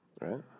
Right